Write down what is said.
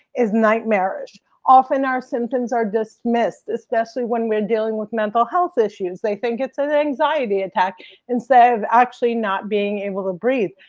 is nightmarish. often our symptoms are dismissed, especially when we're dealing with mental health issues. they think it's an anxiety attack instead of actually not being able to breathe.